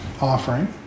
offering